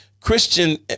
Christian